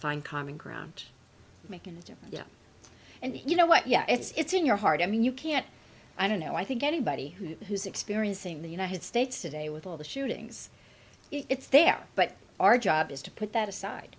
find common ground making a difference yet and you know what yeah it's in your heart i mean you can't i don't know i think anybody who's experiencing the united states today with all the shootings it's there but our job is to put that aside